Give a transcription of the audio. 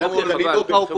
וגם הפוך, נכון.